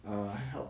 err help